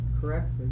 correctly